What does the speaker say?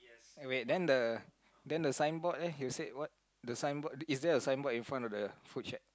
eh wait then the then the sign board leh you said what the sign board is there a sign board in front of the food shack